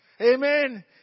Amen